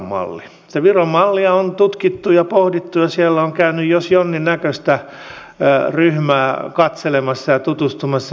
sitä viron mallia on tutkittu ja pohdittu ja siellä on käynyt jos jonkinnäköistä ryhmää katselemassa ja tutustumassa